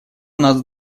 нас